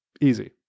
Easy